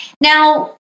Now